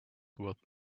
with